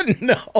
No